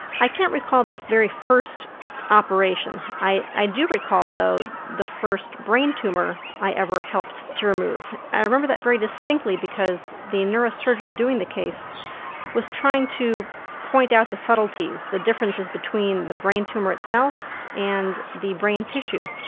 i can't recall the very first operation, i i do recall though the first brain tumour i ever helped to remove. i remember that very distinctly because the neurosurgeon doing the case was trying to point out the subtleties, the differences between the brain tumour itself and the brain tissue.